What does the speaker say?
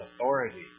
authority